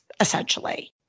essentially